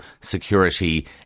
security